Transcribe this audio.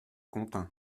contint